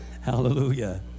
Hallelujah